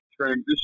transition